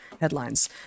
headlines